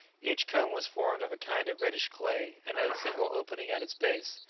each cone was formed of a kind of reddish clay, and had a single opening at its base.